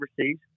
overseas